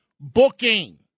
booking